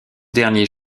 derniers